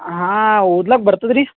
ಹಾಂ ಒದ್ಲಿಕ್ ಬರ್ತದೆ ರೀ